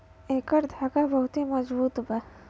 एकर धागा बहुते मजबूत बा